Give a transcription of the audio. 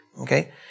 okay